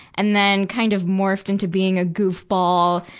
and then, kind of morphed into being a goofball,